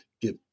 give